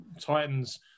Titans